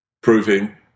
Proving